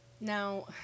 Now